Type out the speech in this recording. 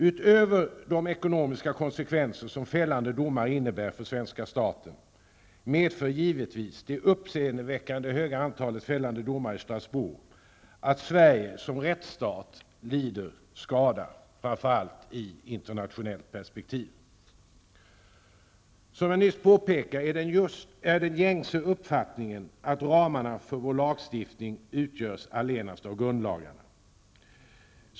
Utöver de ekonomiska konsekvenser som fällande domar innebär för svenska staten medför givetvis det uppseendeväckande höga antalet fällande domar i Strasbourg att Sveriges anseende som rättsstat lider skada, framför allt i internationellt perspektiv. Som jag nyss påpekade är den gängse uppfattningen att ramarna för vår lagstiftning utgörs allenast av grundlagarna.